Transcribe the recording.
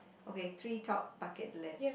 okay three top bucket list